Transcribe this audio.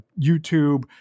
YouTube